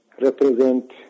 represent